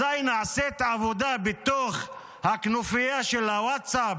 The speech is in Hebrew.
אזי נעשית עבודה בתוך הכנופיה של הווטסאפ